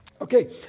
Okay